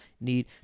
need